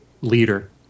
leader